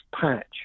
patch